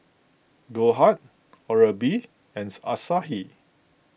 Goldheart Oral B and Asahi